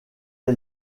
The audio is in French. est